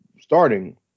starting